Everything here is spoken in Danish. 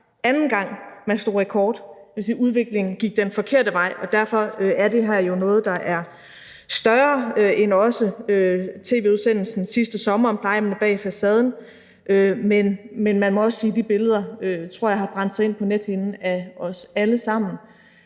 anden gang, man slog rekord. Det vil sige, at udviklingen er gået den forkerte vej, og derfor er det her jo også noget, der er større end tv-udsendelsen sidste sommer om »Plejehjemmene bag facaden«, men man må også sige, at de billeder, tror jeg, har brændt sig fast på nethinden hos os alle sammen.